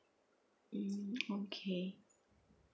mm okay